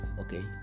Okay